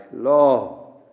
law